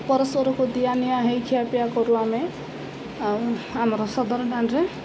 ପଡିଶାକୁ ଦିଆ ନିଆ ହେଇ ଖିଆ ପିଆ କରୁ ଆମେ ଆଉ ଆମର ସଦର ଗାନରେ